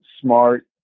smart